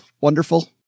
wonderful